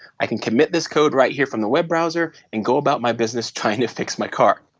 i can commit this code right here from the web browser and go about my business trying to fix my car.